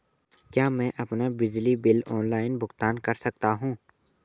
क्या मैं अपना बिजली बिल ऑनलाइन भुगतान कर सकता हूँ?